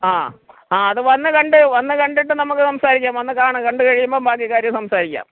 ആ ആ അത് വന്ന് കണ്ട് വന്ന് കണ്ടിട്ട് നമുക്ക് സംസാരിക്കാം വന്ന് കാണ് കണ്ട് കഴിയുമ്പം ബാക്കി കാര്യം സംസാരിക്കാം